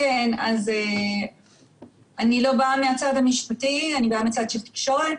אני לא באה מהצד המשפטי, אני באה מהצד של התקשורת.